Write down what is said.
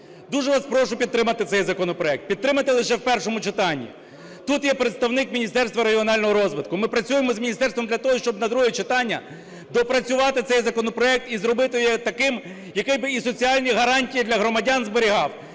Дуже вас прошу підтримати цей законопроект, підтримати лише в першому читанні. Тут є представник міністерства регіонального розвитку, ми працюємо з міністерством для того, щоб на друге читання допрацювати цей законопроект і зробити його таким, який би і соціальні гарантії для громадян зберігав,